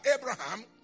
Abraham